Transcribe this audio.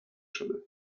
شده